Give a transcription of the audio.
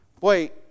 Wait